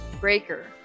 Breaker